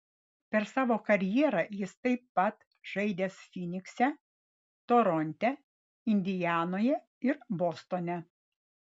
per savo karjerą jis taip pat žaidęs fynikse toronte indianoje ir bostone